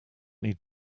need